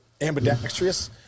ambidextrous